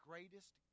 greatest